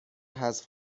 حذف